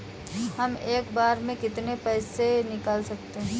हम एक बार में कितनी पैसे निकाल सकते हैं?